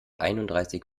einunddreißig